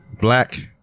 Black